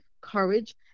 courage